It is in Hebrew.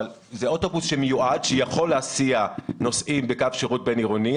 אבל זה אוטובוס שמיועד שיכול להסיע נוסעים בקו שירות בין עירוני,